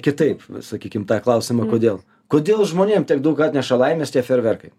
kitaip sakykim tą klausimą kodėl kodėl žmonėms tiek daug atneša laimės tie fejerverkai